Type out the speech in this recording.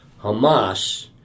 Hamas